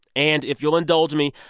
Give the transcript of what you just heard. and if you'll indulge me,